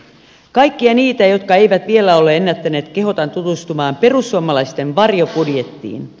kaikkia niitä jotka eivät vielä ole ennättäneet kehotan tutustumaan perussuomalaisten varjobudjettiin